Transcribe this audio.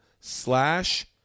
slash